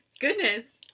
Goodness